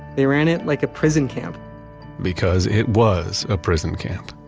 they ran it like a prison camp because it was a prison camp